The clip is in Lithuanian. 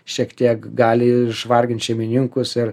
šiek tiek gali išvargint šeimininkus ir